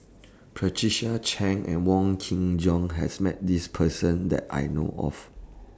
Patricia Chan and Wong Kin Jong has Met This Person that I know of